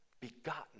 begotten